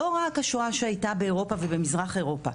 לא רק השואה שהייתה באירופה ובמזרח אירופה,